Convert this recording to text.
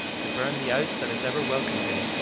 to burn the house that has ever welcomed him.